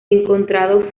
encontrado